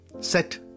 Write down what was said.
set